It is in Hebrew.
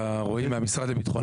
אני מהמשרד לביטחון